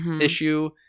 issue